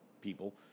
people—